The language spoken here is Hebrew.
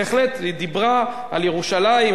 בהחלט, היא דיברה על ירושלים.